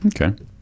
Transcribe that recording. Okay